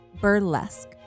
Burlesque